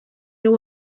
nhw